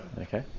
Okay